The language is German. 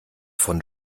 von